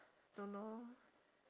don't know